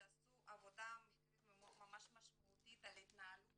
שעשו עבודה מחקרית ממש משמעותית על התנהלות